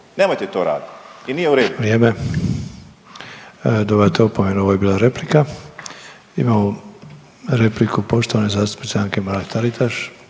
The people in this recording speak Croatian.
Nemojte to raditi i nije u redu.